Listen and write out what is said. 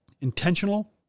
intentional